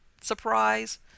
Surprise